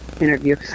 Interview